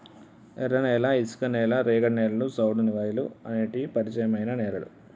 ఎర్రనేల, ఇసుక నేల, రేగడి నేలలు, సౌడువేలుఅనేటి పరిచయమైన నేలలు